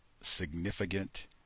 significant